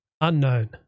unknown